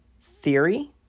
theory